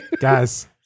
guys